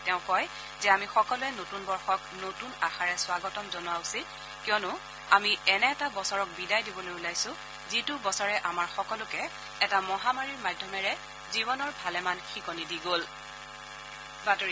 তেওঁ কয় যে আমি সকলোৱে নতুন বৰ্যক নতুন আশাৰে স্বাগতম জনোৱা উচিত কিয়নো আমি এনে এটা বছৰক বিদায় দিবলৈ ওলাইছো যিটো বছৰে আমাক সকলোকে এটা মহামাৰীৰ মাধ্যমেৰে জীৱনৰ ভালেমান শিকনি দি থৈ গল